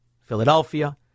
Philadelphia